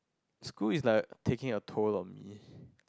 school is like taking a tour of me